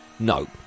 No